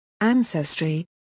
Ancestry